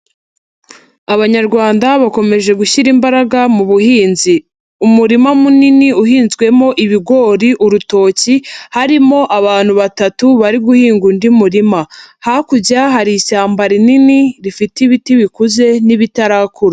Abanyarwanda bakomeje gushyira imbaraga mu buhinzi umurima munini uhinzwemo ibigori, urutoki harimo abantu batatu bari guhinga undi murima, hakurya hari ishyamba rinini rifite ibiti bikuze n'ibitarakura.